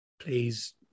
please